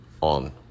on